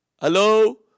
Hello